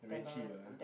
they are very cheap ah